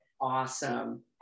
awesome